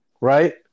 right